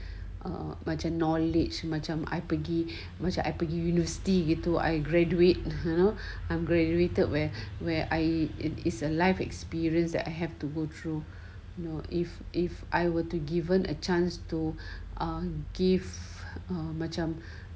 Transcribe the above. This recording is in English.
err macam knowledge macam pergi macam I pergi universiti lepas tu I graduate you know I'm graduated where where I in his life experience that I have to go through no if if I were to given a chance to give um macam